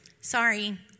sorry